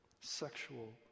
sexual